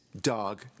dog